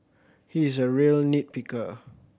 he is a real nit picker